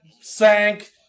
sank